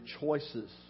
choices